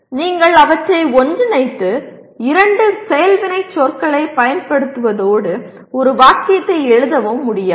நீங்கள் அவற்றை ஒன்றிணைத்து இரண்டு செயல் வினைச்சொற்களைப் பயன்படுத்துவதோடு ஒரு வாக்கியத்தை எழுதவும் முடியாது